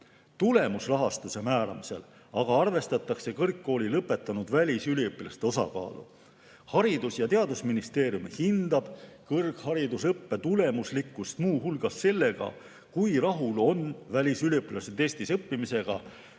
Tulemusrahastuse määramisel arvestatakse kõrgkooli lõpetanud välisüliõpilaste osakaalu. Haridus- ja Teadusministeerium hindab kõrgharidusõppe tulemuslikkust muu hulgas selle põhjal, kui rahul on välisüliõpilased Eestis õppimisega,